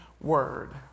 word